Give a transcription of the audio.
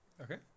Okay